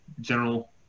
general